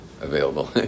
available